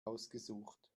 ausgesucht